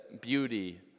beauty